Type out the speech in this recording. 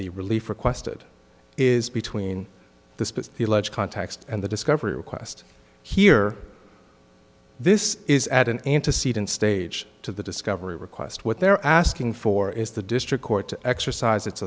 the relief requested is between the the alleged context and the discovery request here this is at an antecedent stage to the discovery request what they're asking for is the district court to exercise it